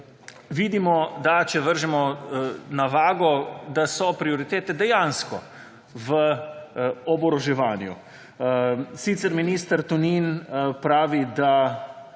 vidimo, da če vržemo na vago, da so prioritete dejansko v oboroževanju. Sicer minister Tonin pravi,